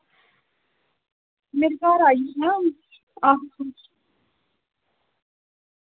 मेरे घर आई जन्नी आं आहो